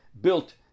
built